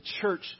church